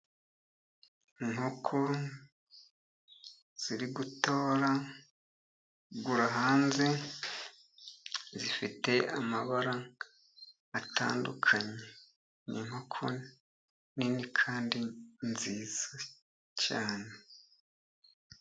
Inkoko ziri gutoragura hanze zifite amabara atandukanye, ni inkoko nini kandi nziza cyane.